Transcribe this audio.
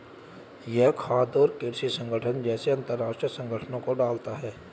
यह खाद्य और कृषि संगठन जैसे अंतरराष्ट्रीय संगठनों को डालता है